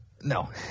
No